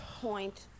point